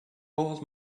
old